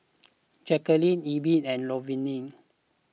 Jacquelin Elby and Lavonne